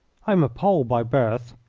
i am a pole by birth,